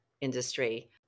industry